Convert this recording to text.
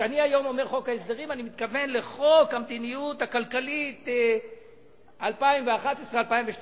כשאני אומר חוק ההסדרים אני מתכוון לחוק המדיניות הכלכלית 2011 ו-2012,